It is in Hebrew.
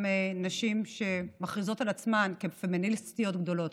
נשים שמכריזות על עצמן כפמיניסטיות גדולות,